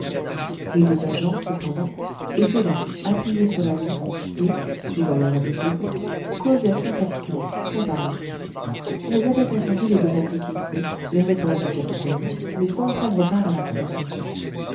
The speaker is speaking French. les deux agents cependant étaient là appuyés sur la lisse et suivant leur habitude causaient sympathiquement sans parler ils avaient entendu les demandes de kin fo les réponses du capitaine mais sans prendre part à la conversation